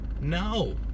No